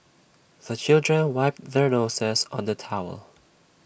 the children wipe their noses on the towel